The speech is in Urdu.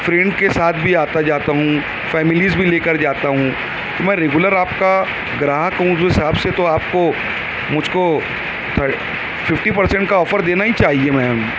فرینڈس کے ساتھ بھی آتا جاتا ہوں فیملیز بھی لے کر جاتا ہوں میں ریگولر آپ کا گراہک ہوں اس حساب سے تو آپ کو مجھ کو ففٹی پرسینٹ کا آفر دینا ہی چاہیے میم